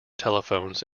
telephones